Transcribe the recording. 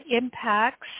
impacts